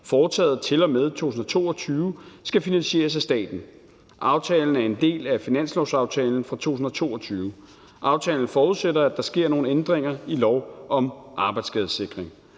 foretaget til og med 2022 skal finansieres af staten. Aftalen er en del af finanslovsaftalen for 2022. Aftalen forudsætter, at der sker nogle ændringer i lov om arbejdsskadesikring.